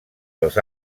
els